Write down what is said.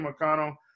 McConnell